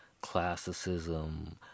Classicism